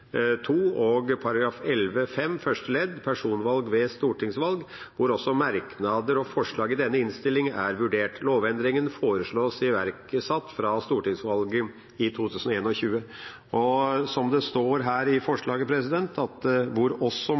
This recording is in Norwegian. første ledd , hvor også merknader og forslag i denne innstilling er vurdert. Lovendringen foreslås iverksatt fra stortingsvalget i 2021.» Som det står i forslaget – «hvor også merknader» – ligger det i det at